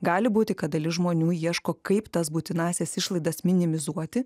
gali būti kad dalis žmonių ieško kaip tas būtinąsias išlaidas minimizuoti